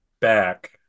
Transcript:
back